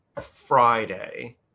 Friday